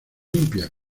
limpias